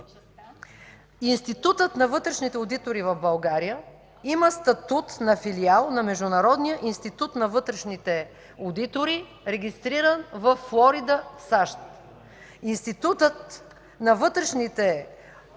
Институтът на вътрешните одитори в България има статут на филиал на Международния институт на вътрешните одитори, регистриран във Флорида, САЩ. Институтът на вътрешните одитори,